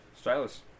Stylus